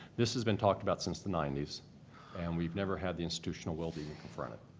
this has been talked about since the ninety s and we've never had the institutional will being confronted.